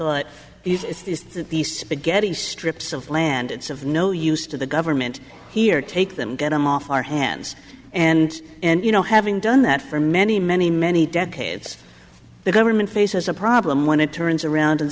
that the spaghetti strips of land it's of no use to the government here take them get them off our hands and and you know having done that for many many many decades the government faces a problem when it turns around and